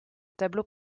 tableau